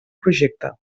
projecte